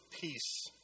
peace